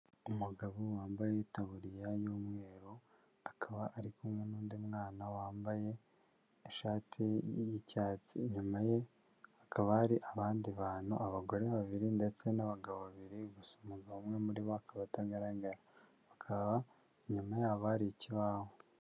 uUmugabo wambaye itaburiya y'umweru, akaba ari kumwe n'undi mwana wambaye ishati y'icyatsi, inyuma ye hakaba hari abandi bantu abagore babiri ndetse n'abagabo babiri, gusa umugabo umwe muri bo akaba atagaragara, bakaba inyuma yabo hari ikibaho.